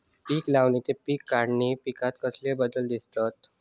पीक लावणी ते पीक काढीसर पिकांत कसलो बदल दिसता?